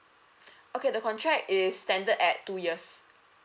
okay the contract is standard at two years